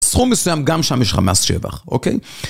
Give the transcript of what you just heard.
סכום מסוים גם שם יש לך מס שבח, אוקיי?